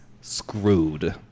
screwed